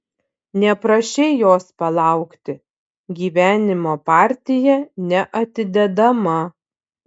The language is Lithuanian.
neprašei jos palaukti gyvenimo partija neatidedama